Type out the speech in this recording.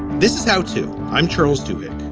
this is how to. i'm charles do it.